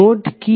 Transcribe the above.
node কি